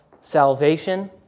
salvation